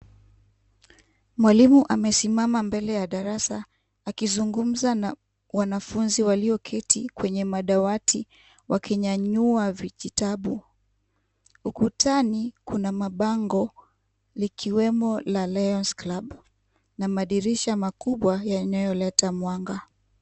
Mwalimu amesimama mbele ya darasa akizungumza na wanafunzi walioketi kwenye madawati wakinyanyua vijitabu . Ukutani kuna mabango likiwemo la lions club na madirisha makubwa yanayoleta mwanga.